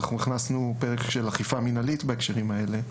אנחנו הכנסנו פרק של אכיפה מנהלית, בהקשרים האלה,